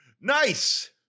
Nice